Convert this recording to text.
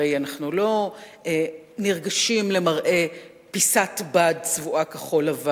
הרי אנחנו לא נרגשים למראה פיסת בד צבועה כחול-לבן,